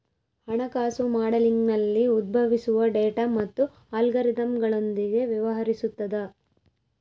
ಹಣಕಾಸು ಮಾಡೆಲಿಂಗ್ನಲ್ಲಿ ಉದ್ಭವಿಸುವ ಡೇಟಾ ಮತ್ತು ಅಲ್ಗಾರಿದಮ್ಗಳೊಂದಿಗೆ ವ್ಯವಹರಿಸುತದ